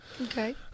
Okay